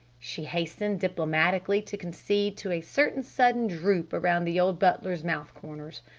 she hastened diplomatically to concede to a certain sudden droop around the old butler's mouth corners.